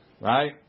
Right